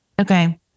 Okay